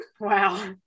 Wow